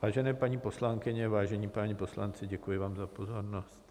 Vážené paní poslankyně, vážení páni poslanci, děkuji za pozornost.